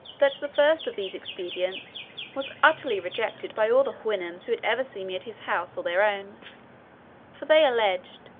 that the first of these expedients was utterly rejected by all the houyhnhnms who had ever seen me at his house or their own for they alleged,